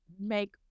make